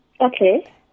Okay